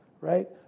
right